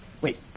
Wait